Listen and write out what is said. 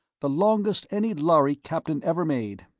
the longest any lhari captain ever made.